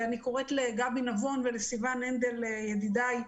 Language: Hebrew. אני קוראת לגבי נבון ולסיון הנדל, ידידיי,